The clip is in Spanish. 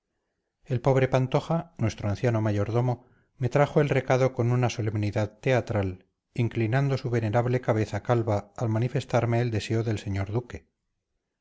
el pobre pantoja nuestro anciano mayordomo me trajo el recado con una solemnidad teatral inclinando su venerable cabeza calva al manifestarme el deseo del señor duque